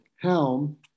Helm